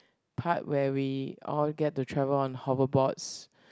part where we all get to travel on hover boards